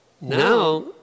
now